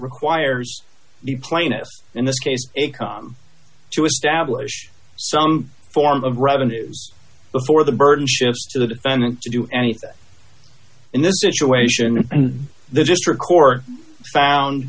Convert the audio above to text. requires the plaintiffs in this case it come to establish some form of revenues before the burden shifts to the defendant to do anything in this situation and the district court found